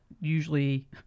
usually